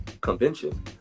convention